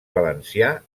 valencià